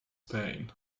pain